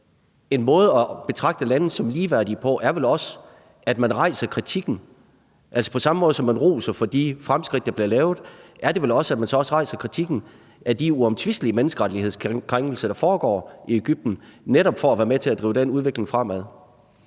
på FN's Generalforsamling – er vel også, at man rejser kritikken. Altså, på samme måde som man roser for de fremskridt, der bliver gjort, skal man vel også rejse kritikken af de uomtvistelige menneskerettighedskrænkelser, der foregår i Egypten, netop for at være med til at drive den udvikling fremad.